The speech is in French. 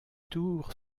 tour